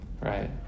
right